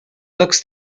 looks